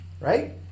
right